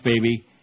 baby